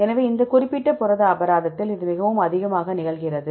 எனவே இந்த குறிப்பிட்ட புரத அபராதத்தில் இது மிகவும் அதிகமாக நிகழ்கிறது